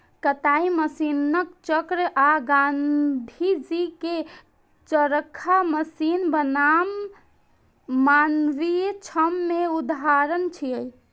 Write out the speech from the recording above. कताइ मशीनक चक्र आ गांधीजी के चरखा मशीन बनाम मानवीय श्रम के उदाहरण छियै